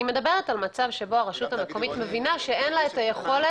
אני מדברת על מצב שבו הרשות המקומית מבינה שאין לה היכולת